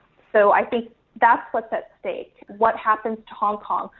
so i think that's what's at stake. what happens to hong kong,